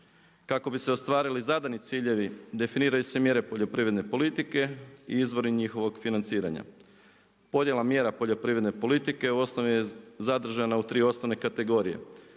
Kako bi se ostvariti zadani ciljevi definiraju se mjere poljoprivredne politike i izvori njihovog financiranja. Podjela mjera poljoprivrede u osnovi je zadržana u 3 osnovne kategorije